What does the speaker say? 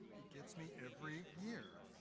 gets me every year.